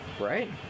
Right